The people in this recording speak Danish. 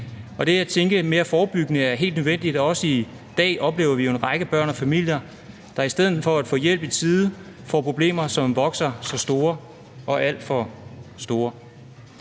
og det at tænke lidt mere forebyggende er helt nødvendigt. Også i dag oplever vi jo en række børn og familier, der i stedet for at få hjælp i tide får problemer, som vokser sig store, alt for store,